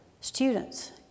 students